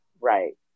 Right